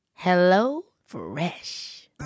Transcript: HelloFresh